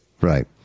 right